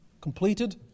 Completed